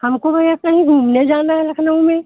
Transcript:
हमको भैया कहीं घूमने जाना है लखनऊ में